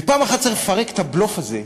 ופעם אחת צריך לפרק את הבלוף הזה,